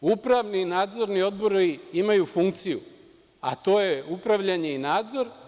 Upravni i nadzorni odbori imaju funkciju, a to je upravljanje i nadzor.